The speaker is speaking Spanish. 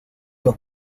los